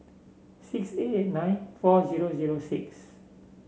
six eight eight nine four zero zero six